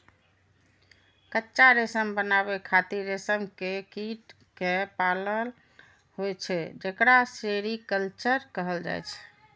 कच्चा रेशम बनाबै खातिर रेशम के कीट कें पालन होइ छै, जेकरा सेरीकल्चर कहल जाइ छै